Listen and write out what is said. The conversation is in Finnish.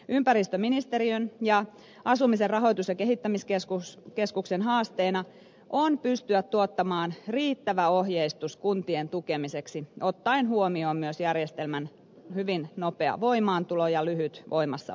ympäristöministeriön ja asumisen rahoitus ja kehittämiskeskuksen haasteena on pystyä tuottamaan riittävä ohjeistus kuntien tukemiseksi ottaen huomioon myös järjestelmän hyvin nopea voimaantulo ja lyhyt voimassaoloaika